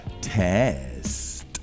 test